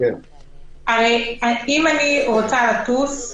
אם אני רוצה לטוס,